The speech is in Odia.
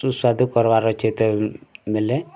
ସୁସ୍ୱାଦୁ କରବାର ଅଛି ତେବ ବେଲେ